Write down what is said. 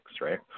right